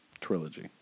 trilogy